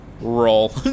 roll